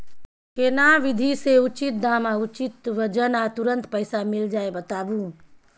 केना विधी से उचित दाम आ उचित वजन आ तुरंत पैसा मिल जाय बताबू?